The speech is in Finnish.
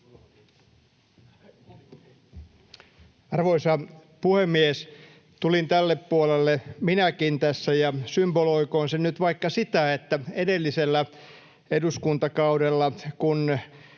Arvoisa puhemies! Tulin tälle oikealle puolelle minäkin tässä, ja symboloikoon se nyt vaikka sitä, että edellisellä eduskuntakaudella, kun